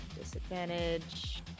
Disadvantage